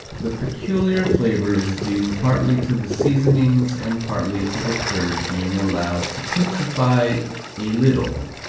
the peculiar flavor is due partly to the seasonings and partly to the curd being allowed to putrify a little,